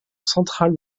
centrale